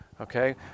okay